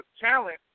talent